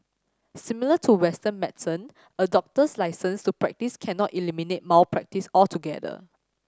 similar to Western medicine a doctor's licence to practise cannot eliminate malpractice altogether